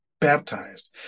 baptized